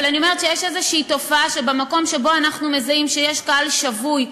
אבל אני אומרת שיש איזו תופעה שבמקום שאנחנו מזהים שיש קהל שבוי,